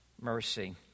mercy